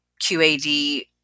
QAD